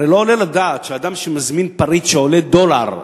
הרי לא עולה על הדעת שאדם שמזמין פריט שעולה דולר,